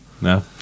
No